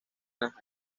las